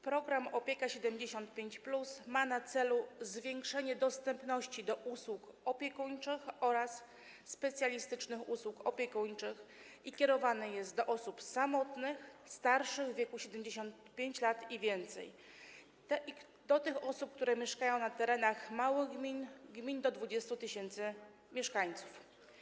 Program „Opieka 75+” ma na celu zwiększenie dostępności usług opiekuńczych oraz specjalistycznych usług opiekuńczych i kierowany jest do osób samotnych i starszych, w wieku 75 lat i więcej, które mieszkają na terenach małym gmin, do 20 tys. mieszkańców.